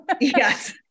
Yes